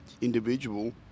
individual